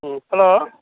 ம் ஹலோ